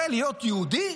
זה להיות יהודי?